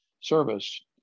service